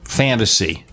fantasy